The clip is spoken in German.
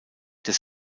des